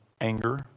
anger